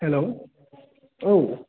hello औ